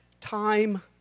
time